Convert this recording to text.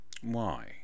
Why